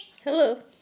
Hello